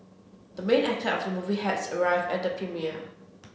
the main actor of the movie has arrived at the premiere